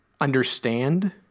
understand